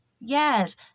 Yes